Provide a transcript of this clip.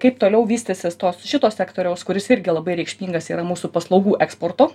kaip toliau vystysis tos šito sektoriaus kuris irgi labai reikšmingas yra mūsų paslaugų eksporto